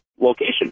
location